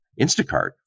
Instacart